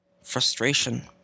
frustration